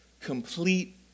complete